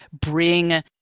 bring